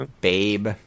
Babe